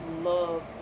love